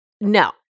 no